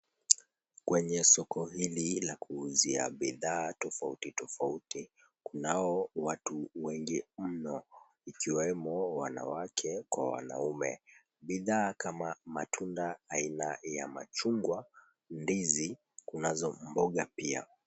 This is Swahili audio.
Kwenye soko hili la kuuzia bidhaa tofautitofauti kunao watu wengi mno, ikiwemo wanawake kwa wanaume. Bidhaa kama matunda aina ya machungwa, ndizi, kunazo mboga pia.